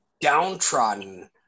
downtrodden